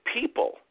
people